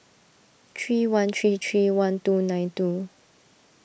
three one three three one two nine two